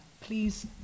Please